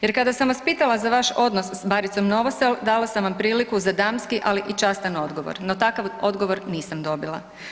Jer, kada sam vas pitala za vaš odnos s Baricom Novosel dala sam vam priliku za damski, ali i častan odgovor, no takav odgovor nisam dobila.